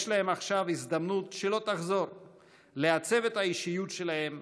יש להם עכשיו הזדמנות שלא תחזור לעצב את האישיות שלהם,